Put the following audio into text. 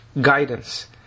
guidance